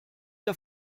der